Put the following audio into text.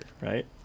right